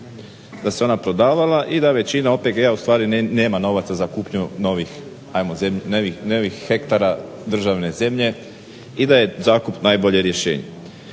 da se ona prodavala i da većina OPG-a ustvari nema novaca za kupnju novih hektara državne zemlje i da je zakup najbolje rješenje.